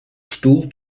stoel